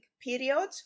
period